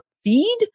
feed